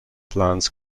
plants